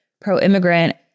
pro-immigrant